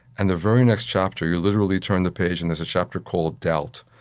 and the very next chapter you literally turn the page, and there's a chapter called doubt.